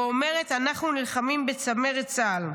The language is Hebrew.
ואומרת: אנחנו נלחמים בצמרת צה"ל.